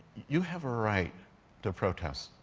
you have a right to protest.